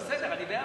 זה בסדר, אני בעד.